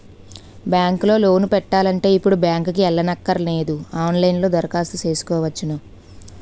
bank లో loan పెట్టాలంటే ఇప్పుడు బ్యాంకుకి ఎల్లక్కరనేదు ఆన్ లైన్ లో దరఖాస్తు సేసుకోవచ్చును